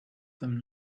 them